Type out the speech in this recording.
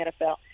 NFL